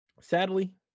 Sadly